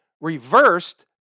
Reversed